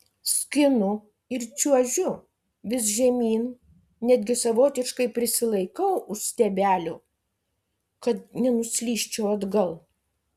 skinu ir čiuožiu vis žemyn netgi savotiškai prisilaikau už stiebelių kad nenuslysčiau atgal